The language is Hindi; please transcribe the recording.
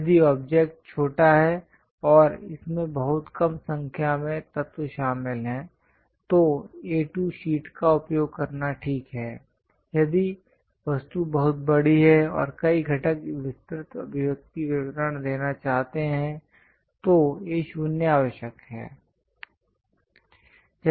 यदि ऑब्जेक्ट छोटा है और इसमें बहुत कम संख्या में तत्व शामिल हैं तो A2 शीट का उपयोग करना ठीक है यदि वस्तु बहुत बड़ी है और कई घटक विस्तृत अभिव्यक्ति विवरण देना चाहते हैं तो A0 आवश्यक है